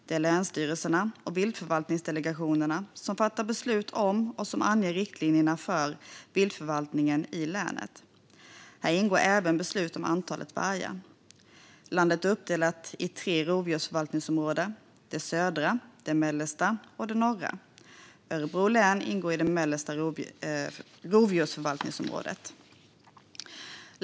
Det är länsstyrelserna och viltförvaltningsdelegationerna som fattar beslut om och som anger riktlinjerna för viltförvaltningen i länet. Här ingår även beslut om antalet vargar. Landet är uppdelat i tre rovdjursförvaltningsområden - det södra, det mellersta och det norra. Örebro län ingår i det mellersta rovdjursförvaltningsområdet.